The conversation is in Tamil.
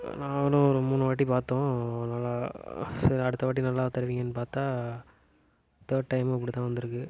நானும் ஒரு மூணு வாட்டி பார்த்தோம் நல்லா சரி அடுத்த வாட்டி நல்லா தருவீங்கன்னு பார்த்தா தேர்ட் டைமும் இப்படி தான் வந்துருக்குது